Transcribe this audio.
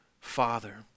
father